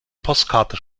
postkarte